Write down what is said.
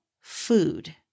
food